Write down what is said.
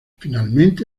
finalmente